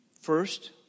first